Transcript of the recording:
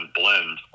blend